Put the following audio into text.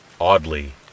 Oddly